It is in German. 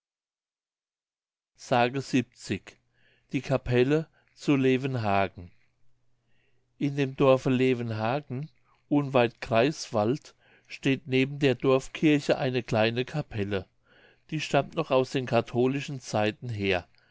s die capelle zu levenhagen in dem dorfe levenhagen unweit greifswald steht neben der dorfkirche eine kleine capelle die stammt noch aus den katholischen zeiten her